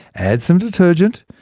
add some detergent,